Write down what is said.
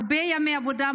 מחסירים הרבה ימי עבודה,